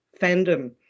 fandom